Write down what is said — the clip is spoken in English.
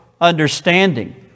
understanding